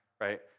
right